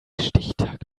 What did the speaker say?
stichtag